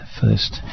first